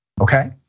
Okay